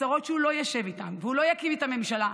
הצהרות שהוא לא ישב איתם והוא לא יקים איתם ממשלה.